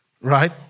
Right